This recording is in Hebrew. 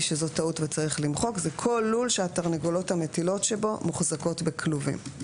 כל לול שהתרנגולות המטילות שבו מוחזקות בכלובים.